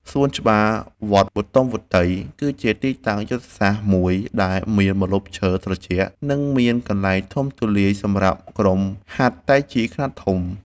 សួនច្បារវត្តបទុមវតី គឺជាទីតាំងយុទ្ធសាស្ត្រមួយដែលមានម្លប់ឈើត្រជាក់ និងមានកន្លែងធំទូលាយសម្រាប់ក្រុមហាត់តៃជីខ្នាតធំ។